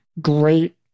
great